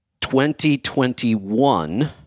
2021